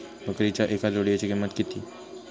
बकरीच्या एका जोडयेची किंमत किती?